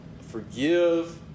forgive